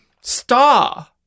Star